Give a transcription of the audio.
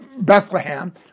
Bethlehem